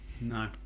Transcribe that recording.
no